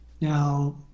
Now